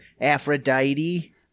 Aphrodite